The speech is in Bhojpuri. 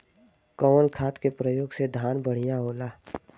कवन खाद के पयोग से धान बढ़िया होई?